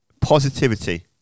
positivity